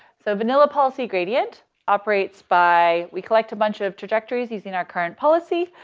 so vanilla policy gradient operates by, we collect a bunch of trajectories using our current policy.